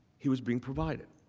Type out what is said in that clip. he was being provided.